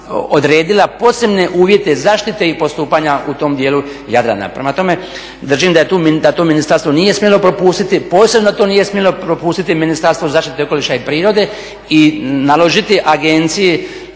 odredila posebne uvjete zaštite i postupanja u tom dijelu Jadrana. Prema tome, držim da tu ministarstvo nije propustiti, posebno to nije smjelo propustiti Ministarstvo zaštite okoliša i prirode i naložiti Agenciji